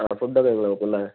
ആ ഫുഡൊക്കെ നിങ്ങൾ നോക്കും അല്ലേ